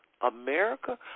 America